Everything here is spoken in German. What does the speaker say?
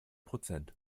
prozent